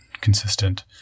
consistent